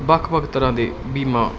ਵੱਖ ਵੱਖ ਤਰ੍ਹਾਂ ਦੇ ਬੀਮਾ